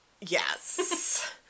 Yes